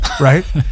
Right